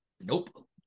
nope